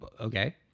okay